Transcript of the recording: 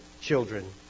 children